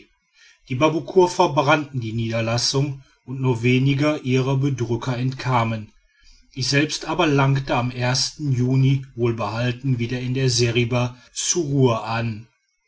die babuckur verbrannten die niederlassung und nur wenige ihrer bedrücker entkamen ich selbst aber langte am juni wohlbehalten wieder in der seriba ssurrur an